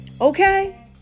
Okay